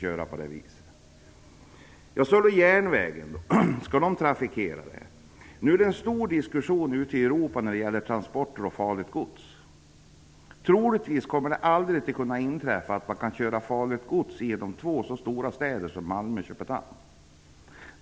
Europa pågår en stor diskussion om transporter av farligt gods. Det kommer troligtvis aldrig att inträffa att man kör farligt gods genom två så stora städer som Malmö och Köpenhamn.